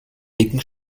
dicken